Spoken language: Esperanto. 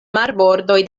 marbordoj